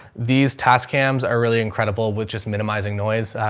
these tasks cams are really incredible with just minimizing noise. ah,